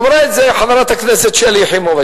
אמרה את זה חברת הכנסת שלי יחימוביץ,